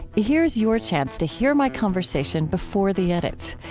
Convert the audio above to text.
here's your chance to hear my conversation before the edits.